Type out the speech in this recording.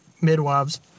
midwives